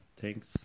Thanks